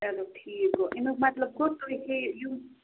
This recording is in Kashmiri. چلو ٹھیٖک گوٚو اَمیُک مطلب گوٚو تُہۍ